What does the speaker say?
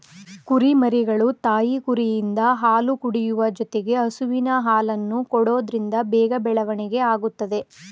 ಕುರಿಮರಿಗಳು ತಾಯಿ ಕುರಿಯಿಂದ ಹಾಲು ಕುಡಿಯುವ ಜೊತೆಗೆ ಹಸುವಿನ ಹಾಲನ್ನು ಕೊಡೋದ್ರಿಂದ ಬೇಗ ಬೆಳವಣಿಗೆ ಆಗುತ್ತದೆ